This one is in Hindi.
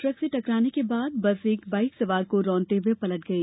ट्रक से टकराने के बाद बस एक बाइक सवार को रौंदते हुए पलट गई